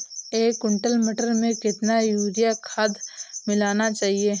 एक कुंटल मटर में कितना यूरिया खाद मिलाना चाहिए?